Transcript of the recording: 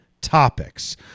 topics